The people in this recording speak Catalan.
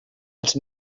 els